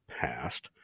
passed